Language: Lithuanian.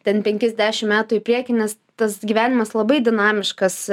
ten penkiasdešim metų į priekį nes tas gyvenimas labai dinamiškas